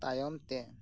ᱛᱟᱭᱚᱢ ᱛᱮ